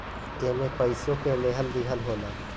एईमे पइसवो के लेहल दीहल होला